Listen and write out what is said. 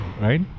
Right